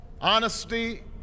honesty